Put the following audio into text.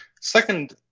Second